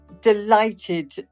delighted